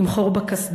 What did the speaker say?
עם חור בקסדה,